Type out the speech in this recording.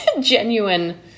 genuine